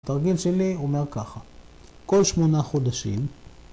‫התרגיל שלי אומר ככה, ‫כל שמונה חודשים...